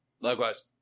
Likewise